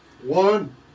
one